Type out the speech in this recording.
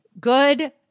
good